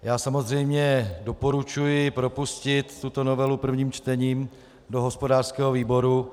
Já samozřejmě doporučuji propustit tuto novelu prvním čtením do hospodářského výboru.